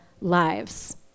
lives